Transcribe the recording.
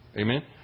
Amen